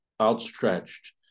outstretched